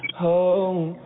home